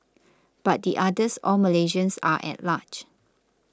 but the others all Malaysians are at large